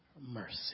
mercy